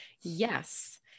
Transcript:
Yes